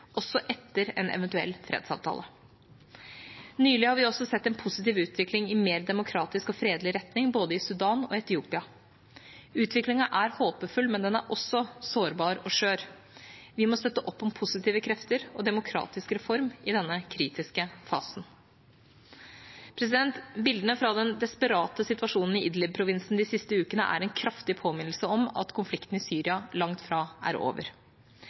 også etter en eventuell fredsavtale. Nylig har vi sett en positiv utvikling i mer demokratisk og fredelig retning i både Sudan og Etiopia. Utviklingen er håpefull, men den er også sårbar og skjør. Vi må støtte opp om positive krefter og demokratisk reform i denne kritiske fasen. Bildene fra den desperate situasjonen i Idlib-provinsen de siste ukene er en kraftig påminnelse om at konflikten i Syria langt fra er over.